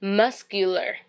muscular